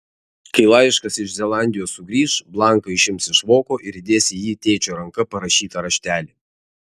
kai laiškas iš zelandijos sugrįš blanką išims iš voko ir įdės į jį tėčio ranka parašytą raštelį